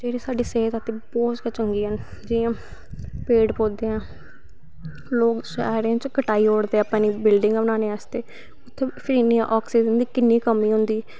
जेह्ड़ी साढ़ी सेहत ऐ बहुत गै चंगियां न जियां पेड़ पौधे न लोक सारें ई कटाई ओड़दे अपनी बिल्डिंगां बनाने आस्तै उत्थें आक्सीजन दी किन्नी कमी होंदी